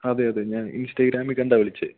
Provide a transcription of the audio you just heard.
അതെ അതെ ഞാൻ ഇൻസ്റ്റഗ്രാമിൽ കണ്ടാണ് വിളിച്ചത്